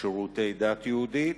שירותי הדת היהודית,